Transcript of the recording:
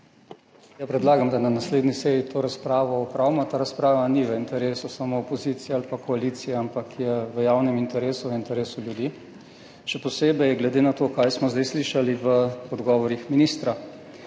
Ja, predlagam, da na naslednji seji to razpravo opravimo. Ta razprava ni samo v interesu opozicije ali pa koalicije, ampak je v javnem interesu, v interesu ljudi, še posebej glede na to, kar smo zdaj slišali v odgovorih ministra.